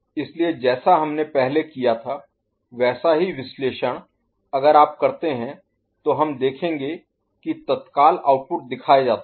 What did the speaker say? इसलिए जैसा हमने पहले किया था वैसा ही विश्लेषण अगर आप करते हैं तो हम देखेंगे कि तत्काल आउटपुट दिखाए जाते हैं